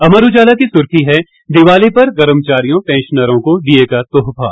अमर उजाला की सुर्खी है दिवाली पर कर्मचारियों पेंशनरों को डीए का तोहफा